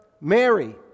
Mary